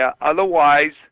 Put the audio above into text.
Otherwise